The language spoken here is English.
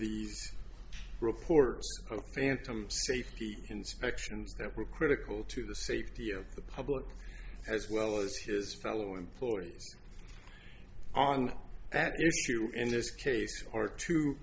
these reports of phantom safety inspections that were critical to the safety of the public as well as his fellow employees on that if you in this case are two